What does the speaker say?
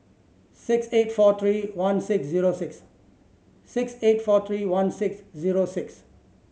six eight four three one six zero six six eight four three one six zero six